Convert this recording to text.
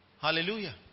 Hallelujah